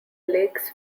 lakes